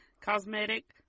cosmetic